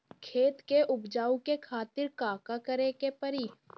खेत के उपजाऊ के खातीर का का करेके परी?